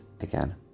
again